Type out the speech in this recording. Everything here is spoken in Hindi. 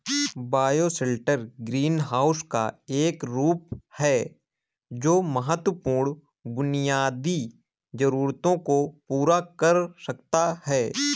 बायोशेल्टर ग्रीनहाउस का एक रूप है जो महत्वपूर्ण बुनियादी जरूरतों को पूरा कर सकता है